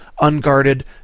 unguarded